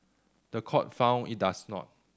the court found it does not